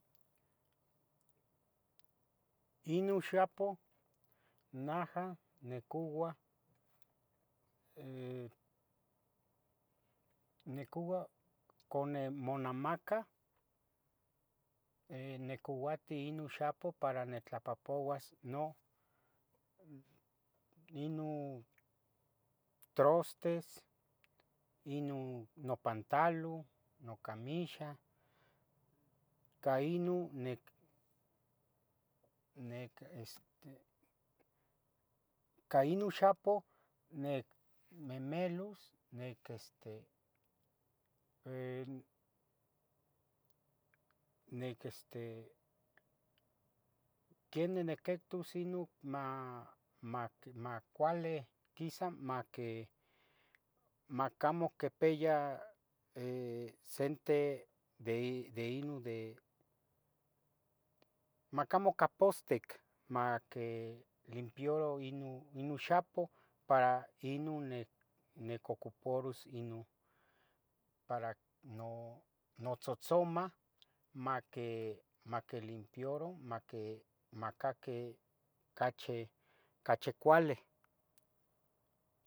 Inu xapoh najah necoua, eh, necoua. cone monamacah, eh necouatih inu. xapo para netlapahpouas no, inu. trostes, inun nupantalun, nocamixah. ca inun nec, nec este, ca inun xapoh. necmemelus, nec este, nec este, quenin nequehtus inun, ma, mac, macuale. quisa maque, macamo quepeya eh, sente de. de inun, de macamo capotztic, maquelimpioru. inun, inun xapoh, para inun ne, necocopoarus. inun para no, notzotzomah, maque, maquelimpioru. maquemacaque, cache, cache cuale.